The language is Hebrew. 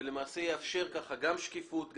ולמעשה יאפשר כך גם שקיפות,